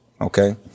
okay